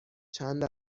چند